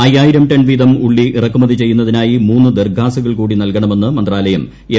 അയ്യായിരം ടൺ വീതം ഉള്ളി ഇറക്കുമതി ചെയ്യുന്നതിനായി മൂന്ന് ദർഘാസുകൾ കൂടി നൽകണമെന്ന് മന്ത്രാലയം എം